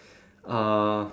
uh